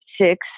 Six